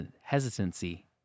hesitancy